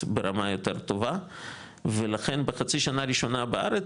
ברמה יותר טובה ולכן בחצי שנה ראשונה בארץ,